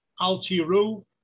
altiro